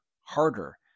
harder